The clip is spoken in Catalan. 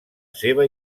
seva